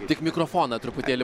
tik mikrofoną truputėlį po